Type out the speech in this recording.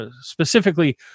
specifically